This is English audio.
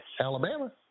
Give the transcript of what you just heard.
Alabama